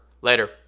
Later